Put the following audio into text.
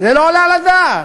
זה לא יעלה על הדעת.